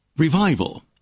Revival